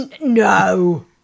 No